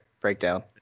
breakdown